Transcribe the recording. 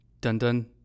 dun-dun